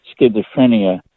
schizophrenia